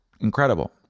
incredible